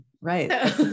right